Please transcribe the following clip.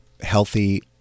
healthy